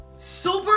Super